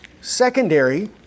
secondary